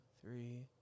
three